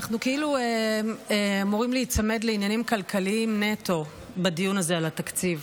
אנחנו כאילו אמורים להיצמד לעניינים כלכליים נטו בדיון הזה על התקציב,